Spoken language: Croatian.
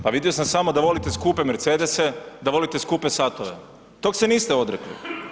Pa vidio sam samo da volite skupe mercedese, da volite skupe satove, tog se niste odrekli.